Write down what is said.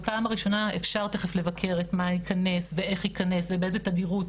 אפשר תיכף לבקר את מה ייכנס ואיך ייכנס ובאיזו תדירות,